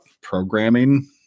programming